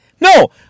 No